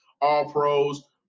All-Pros